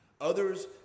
Others